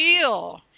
feel